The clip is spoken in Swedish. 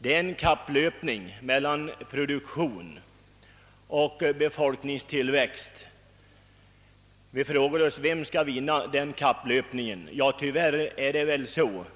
Det pågår en kapplöpning mellan produktion och befolkningstillväxt, och vi frågar oss vem som skall vinna denna. Tyvärr måste konstateras